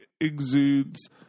exudes